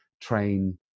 train